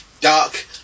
dark